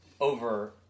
over